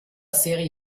seri